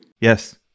Yes